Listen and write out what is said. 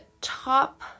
top